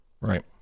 right